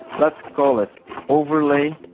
let's call it overlay.